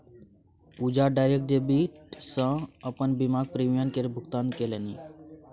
पूजा direct debit सँ अपन बीमाक प्रीमियम केर भुगतान केलनि